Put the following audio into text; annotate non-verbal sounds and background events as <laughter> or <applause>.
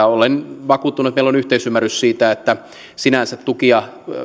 <unintelligible> olen vakuuttunut että meillä on yhteisymmärrys siitä että sinänsä tukia